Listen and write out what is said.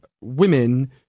women